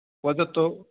वदतु